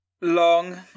long